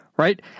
Right